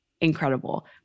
Incredible